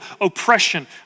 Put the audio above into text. oppression